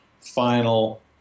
final